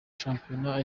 shampiyona